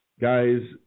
guys